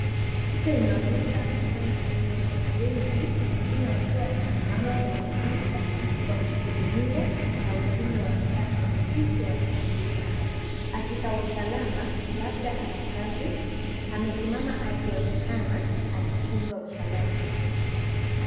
Picha inaonyesha eneo lenye watu wengi. Wengine wakiwa wamesimama kwenye kaunta wakihudumiwa na wengine wamekaa kwenye viti wakisubiri. Afisa wa usalama, labda askari, amesimama akionekana akichunga usalama.